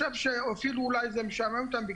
אפילו אולי זה משעמם אותם,